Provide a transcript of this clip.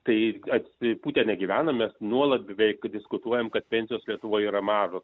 tai atsipūtė negyvenome nuolat beveik diskutuojame kad pensijos lietuvoje yra mažos